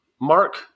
Mark